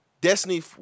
Destiny